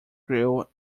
grew